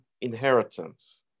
inheritance